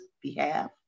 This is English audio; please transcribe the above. behalf